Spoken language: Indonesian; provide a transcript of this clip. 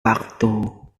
waktu